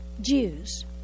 Jews